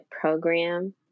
Program